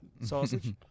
Sausage